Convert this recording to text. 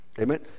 Amen